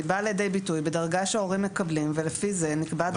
בא לידי ביטוי בדרגה שההורים מקבלים ולפי זה נקבעת דרגת הזכאות.